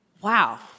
Wow